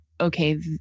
okay